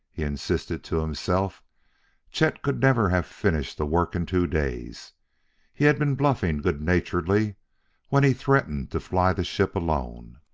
he insisted to himself chet could never have finished the work in two days he had been bluffing good-naturedly when he threatened to fly the ship alone.